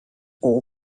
all